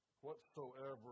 whatsoever